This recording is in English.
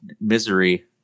misery